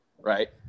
right